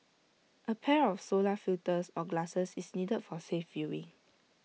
A pair of solar filters or glasses is needed for safe viewing